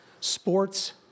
Sports